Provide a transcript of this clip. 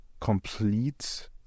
Complete